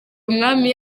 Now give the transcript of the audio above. umwami